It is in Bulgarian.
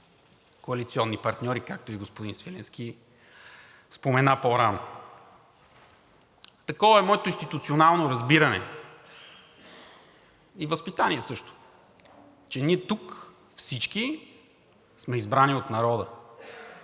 коалиционни партньори, както и господин Свиленски спомена по-рано. Такова е моето институционално разбиране и възпитание също, че ние тук – всички, сме избрани от народа.